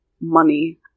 money